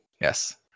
Yes